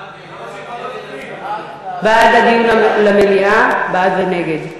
בעד, דיון במליאה, ונגד.